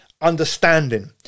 understanding